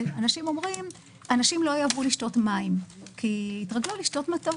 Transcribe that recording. אומרים שאנשים לא יאהבו לשתות מים כי התרגלו לשתות מתוק.